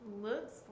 looks